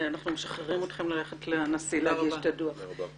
אנחנו משחררים אתכם ללכת לנשיא להגיש את הדוח.